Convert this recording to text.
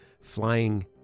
flying